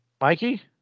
Mikey